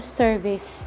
service